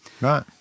Right